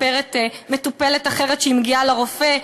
מספרת מטופלת אחרת שהיא מגיעה לרופא,